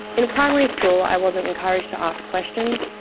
in primary school i wasn't encouraged to ask questions,